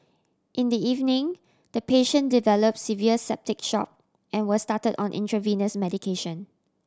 in the evening the patient develop severe septic shock and was started on intravenous medication